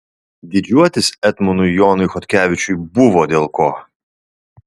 didžiuotis etmonui jonui chodkevičiui buvo dėl ko